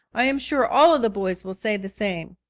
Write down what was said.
i am sure all of the boys will say the same.